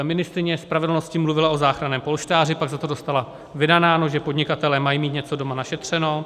Ministryně spravedlnosti mluvila o záchranném polštáři, pak za to dostala vynadáno, že podnikatelé mají mít něco doma našetřeno.